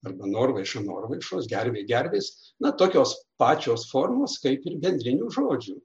arba norvaiša norvaišos gervė gervės na tokios pačios formos kaip ir bendrinių žodžių